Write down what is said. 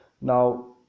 Now